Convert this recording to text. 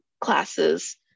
classes